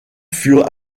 furent